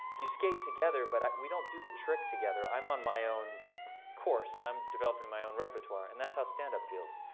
you skate together. but we don't do the trick together. i'm on my own course. and i'm developing my own repertoire. and that's how stand-up feels.